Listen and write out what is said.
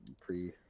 pre